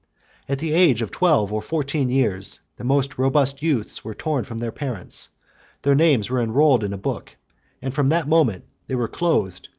at the age of twelve or fourteen years, the most robust youths were torn from their parents their names were enrolled in a book and from that moment they were clothed,